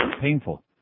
painful